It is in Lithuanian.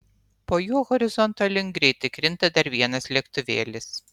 po juo horizonto link greitai krinta dar vienas lėktuvėlis